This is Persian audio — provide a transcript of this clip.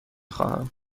خواهم